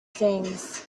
things